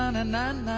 and then,